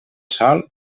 sol